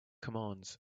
commands